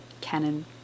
canon